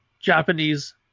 japanese